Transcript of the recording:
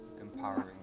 empowering